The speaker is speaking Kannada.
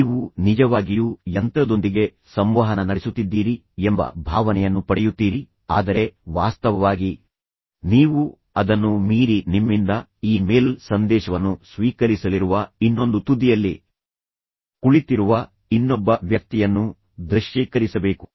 ನೀವು ನಿಜವಾಗಿಯೂ ಯಂತ್ರದೊಂದಿಗೆ ಸಂವಹನ ನಡೆಸುತ್ತಿದ್ದೀರಿ ಎಂಬ ಭಾವನೆಯನ್ನು ಪಡೆಯುತ್ತೀರಿ ಆದರೆ ವಾಸ್ತವವಾಗಿ ನೀವು ಅದನ್ನೂ ಮೀರಿ ನಿಮ್ಮಿಂದ ಈ ಮೇಲ್ ಸಂದೇಶವನ್ನು ಸ್ವೀಕರಿಸಲಿರುವ ಇನ್ನೊಂದು ತುದಿಯಲ್ಲಿ ಕುಳಿತಿರುವ ಇನ್ನೊಬ್ಬ ವ್ಯಕ್ತಿಯನ್ನು ದೃಶ್ಯೀಕರಿಸಬೇಕು